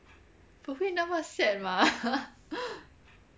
不会那么 sad mah